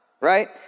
right